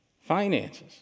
finances